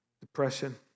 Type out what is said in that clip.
depression